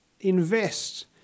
invest